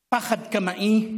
פחד קמאי,